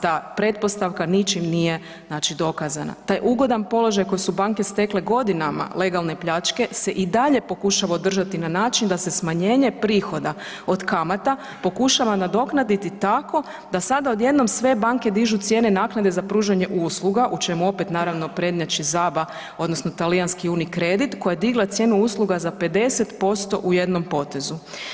Ta pretpostavka ničim nije dokazana, taj ugodan položaj koje su banke stekle godinama legalne pljačke se i dalje pokušava održati na način da se smanjenje prihoda od kamata pokušava nadoknaditi tako da sada odjednom sve banke dižu cijene naknade za pružanje usluga, u čemu opet naravno prednjači ZABA odnosno talijanski UniCredit koja je digla cijenu usluga za 50% u jednom potezu.